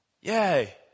Yay